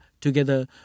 together